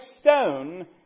stone